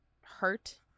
hurt